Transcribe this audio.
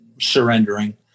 surrendering